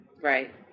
right